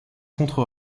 contre